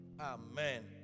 Amen